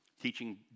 teaching